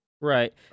right